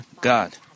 God